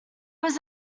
was